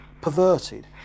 perverted